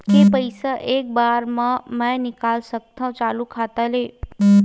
के पईसा एक बार मा मैं निकाल सकथव चालू खाता ले?